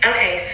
Okay